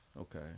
Okay